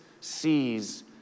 sees